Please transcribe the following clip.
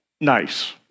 nice